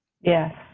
Yes